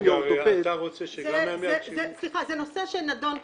מאורתופד --- סליחה, זה נושא שנדון כבר.